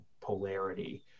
polarity